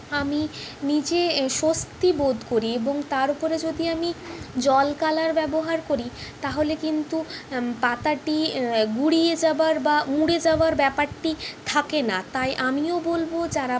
আমি নিজে স্বস্তি বোধ করি এবং তার ওপরে যদি আমি জল কালার ব্যবহার করি তাহলে কিন্তু পাতাটি গুঁড়িয়ে যাবার বা মুড়ে যাবার ব্যাপারটি থাকে না তাই আমিও বলবো যারা